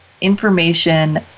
information